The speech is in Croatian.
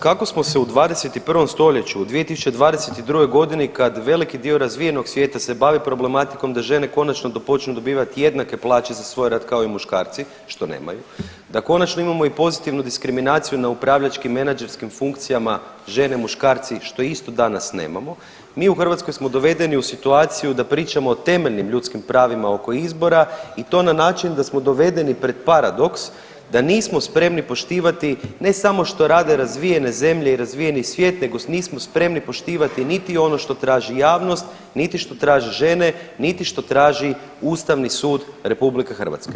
Kako smo se u 21. stoljeću u 2022.g. kad veliki dio razvijenog svijeta se bavi problematikom da žene konačno počnu dobivat jednake plaće za svoj rad kao i muškarci, što nemaju, da konačno imamo i pozitivnu diskriminaciju na upravljačkim i menadžerskim funkcijama žene-muškarci što isto danas nemamo, mi u Hrvatskoj smo dovedeni u situaciju da pričamo o temeljnim ljudskim pravima oko izbora i to na način da smo dovedeni pred paradoks da nismo spremni poštivati ne samo što rade razvijene zemlje i razvijeni svijet nego nismo spremni poštivati niti ono što traži javnost, niti što traže žene, niti što traži Ustavni sud RH.